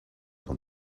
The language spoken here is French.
dans